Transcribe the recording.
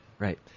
Right